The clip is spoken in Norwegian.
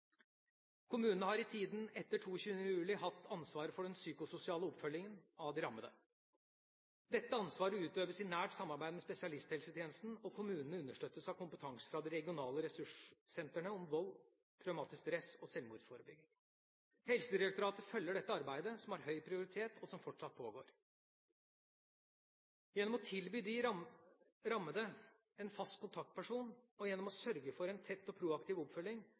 Kommunene har i tida etter 22. juli hatt ansvaret for den psykososiale oppfølgingen av de rammede. Dette ansvaret utøves i nært samarbeid med spesialisthelsetjenesten, og kommunene understøttes av kompetanse fra de regionale ressurssentrene om vold, traumatisk stress og sjølmordsforebygging. Helsedirektoratet følger dette arbeidet, som har høy prioritet, og som fortsatt pågår. Gjennom å tilby de rammede en fast kontaktperson, og gjennom å sørge for en tett og proaktiv oppfølging,